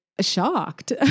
shocked